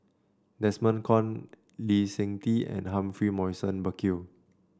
Desmond Kon Lee Seng Tee and Humphrey Morrison Burkill